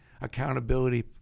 accountability